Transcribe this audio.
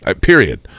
period